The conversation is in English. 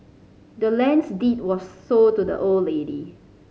the land's deed was sold to the old lady